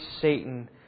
Satan